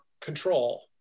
control